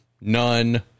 none